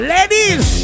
Ladies